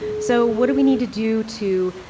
so, what do we need to do to,